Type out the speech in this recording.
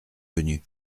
venu